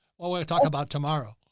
i want to talk about tomorrow.